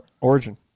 Origin